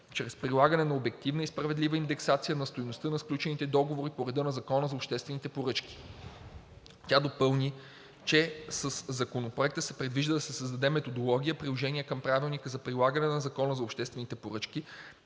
чрез прилагане на обективна и справедлива индексация на стойността на сключените договори по реда на Закона за обществените поръчки. Тя допълни, че със Законопроекта се предвижда да се създаде методика, приложение към Правилника за прилагане на Закона за обществените поръчки,